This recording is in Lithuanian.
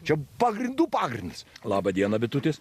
čia pagrindų pagrindas labą dieną bitutės